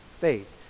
faith